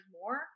more